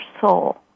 soul